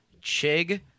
Chig